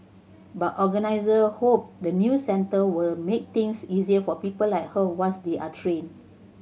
but organisers hope the new centre will make things easier for people like her once they are trained